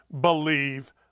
believe